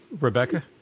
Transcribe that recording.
Rebecca